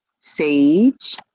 Sage